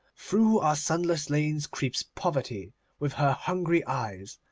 through our sunless lanes creeps poverty with her hungry eyes,